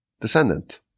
descendant